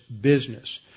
business